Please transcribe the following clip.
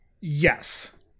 Yes